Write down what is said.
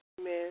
Amen